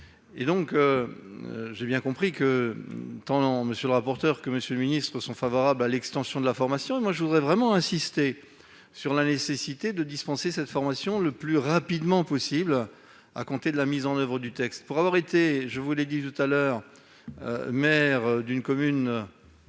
J'ai bien compris que tant M. le rapporteur que M. le ministre étaient favorables à l'extension de la formation. Je voudrais vraiment insister sur la nécessité de dispenser cette formation le plus rapidement possible à compter de l'application du texte. Pour avoir été, je l'ai dit précédemment, maire d'une commune